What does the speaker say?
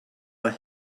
were